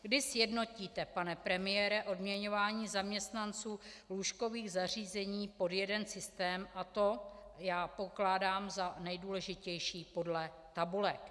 Kdy sjednotíte, pane premiére, odměňování zaměstnanců lůžkových zařízení pod jeden systém, a to já pokládám za nejdůležitější, podle tabulek?